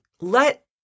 Let